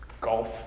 golf